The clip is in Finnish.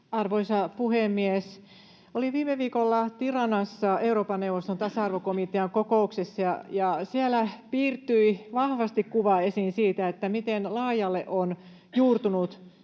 Arvoisa puhemies! Olin viime viikolla Tiranassa Euroopan neuvoston tasa-arvokomitean kokouksessa, ja siellä piirtyi vahvasti esiin kuva siitä, miten laajalle on juurtunut